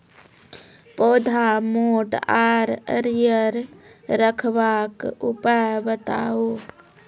पौधा मोट आर हरियर रखबाक उपाय बताऊ?